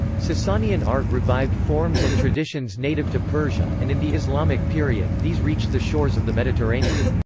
sasanian art revived forms and traditions native to persia, and in the islamic period, these reached the shores of the mediterranean.